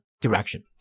direction